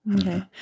Okay